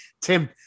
Tim